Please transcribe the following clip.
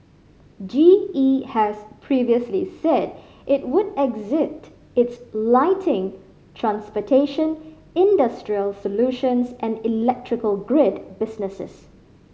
G E has previously said it would exit its lighting transportation industrial solutions and electrical grid businesses